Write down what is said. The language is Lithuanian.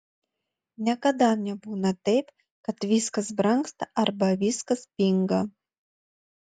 niekada nebūna taip kad viskas brangsta arba viskas pinga